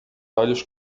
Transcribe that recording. olhos